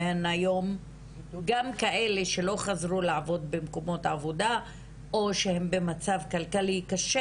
גם כאלה שלא חזרו לעבוד במקומות עבודה או שהן במצב כלכלי קשה,